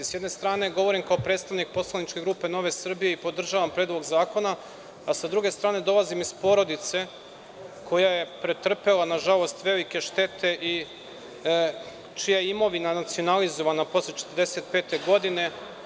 S jedne strane, govorim kao predstavnik poslaničke grupe Nove Srbije i podržavam Predlog zakona, a sa druge strane, dolazim iz porodice koja je pretrpela, nažalost, velike štete i čija je imovina nacionalizovana posle 1945. godine.